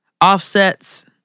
Offset's